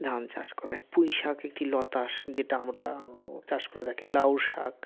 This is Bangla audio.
ধান চাষ করা হয় পুঁই শাক একটি লতা যেটা আমরা চাষ করে থাকি লাউ শাক